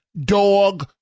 dog